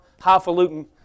highfalutin